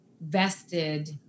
vested